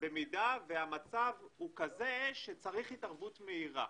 במידה והמצב הוא כזה שצריך התערבות מהירה.